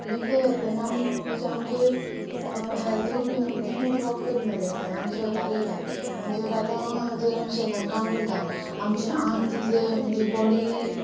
विकतें घेत तेन्ना आमी अशें आमचें हॅल्तूय बीन म्हणजे तेंची वक्त बी मारले आसा आनी स्वता रोयता म्हणजेर आतां जर आमी शेतान काम करता आमचें आंग तितलें म्हणजे बॉडी